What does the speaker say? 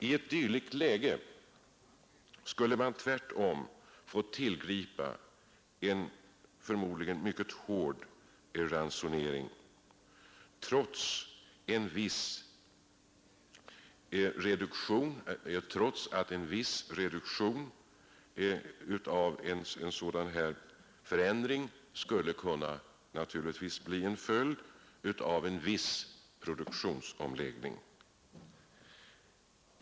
I ett dylikt läge skulle man tvärtom få tillgripa en förmodligen mycket hård ransonering. På 1940-talet var vidare mjölkproduktionen — trots en viss reduktion av densamma — så stor att betydande kvantiteter kunde utnyttjas för utfodringsändamål.